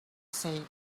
said